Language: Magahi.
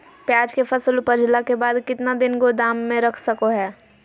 प्याज के फसल उपजला के बाद कितना दिन गोदाम में रख सको हय?